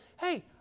hey